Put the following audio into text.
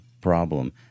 problem